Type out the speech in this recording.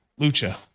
Lucha